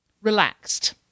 relaxed